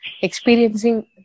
experiencing